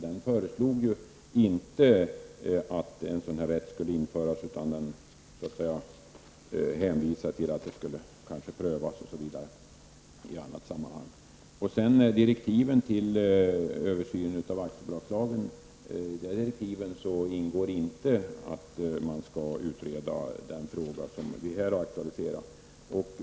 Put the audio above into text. Den föreslog inte att en sådan här rätt skulle införas, utan den hänvisade bl.a. till att det kanske skulle prövas i annat sammanhang. I direktiven som gäller översynen av aktiebolagslagen ingår inte att man skall utreda den fråga som vi här har aktualiserat.